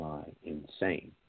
insane